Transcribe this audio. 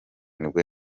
nibwo